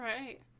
right